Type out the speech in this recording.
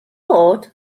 bod